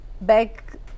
Back